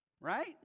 right